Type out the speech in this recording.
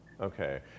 Okay